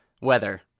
weather